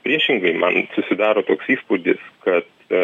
priešingai man susidaro toks įspūdis kad